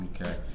Okay